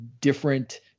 different